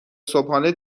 صبحانه